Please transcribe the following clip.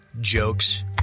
jokes